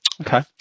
Okay